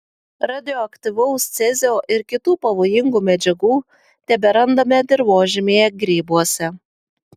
radioaktyvaus cezio ir kitų pavojingų medžiagų teberandame dirvožemyje grybuose